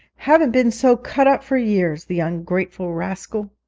haven't been so cut up for years the ungrateful rascal